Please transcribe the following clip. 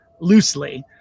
loosely